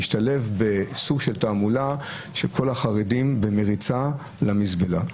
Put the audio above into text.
השתלב בתעמולה, שכל החרדים במריצה למזבלה.